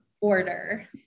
order